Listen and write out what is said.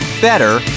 Better